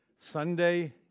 sunday